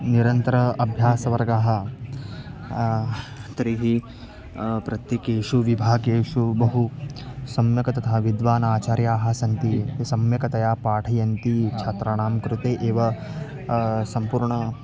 अनिरन्तरः अभ्यासवर्गः तर्हि प्रत्यकेषु विभागेषु बहु सम्यक् तथा विद्वाचार्याः सन्ति ये सम्यकतया पाठयन्ति छात्राणां कृते एव सम्पूर्णम्